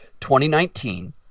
2019